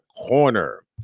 corner